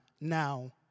now